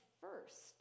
first